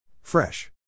Fresh